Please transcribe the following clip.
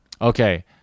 Okay